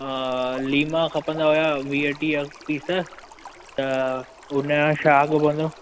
lima खपंदा हुया वीह टीह पीस त हुन सां छा अघु हूंदो